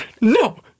No